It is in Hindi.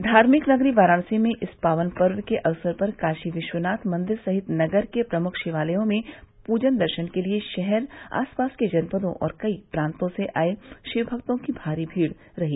धार्मिक नगरी वाराणसी में इस पावन पर्व के अवसर पर काशी विश्वनाथ मंदिर सहित नगर के प्रमुख शिवालयों में पूजन दर्शन के लिए शहर आस पास के जनपदों और कई प्रान्तों से आये शिव भक्तों की भारी भीड़ रही